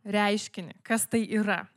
reiškinį kas tai yra